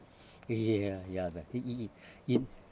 ya ya back i~ i~ i~ in